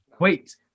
Wait